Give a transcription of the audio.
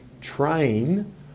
train